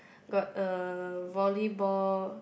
got a volleyball